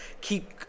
keep